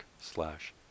slash